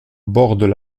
bordent